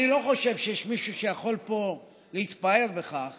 אני לא חושב שיש פה מישהו שיכול להתפאר בכך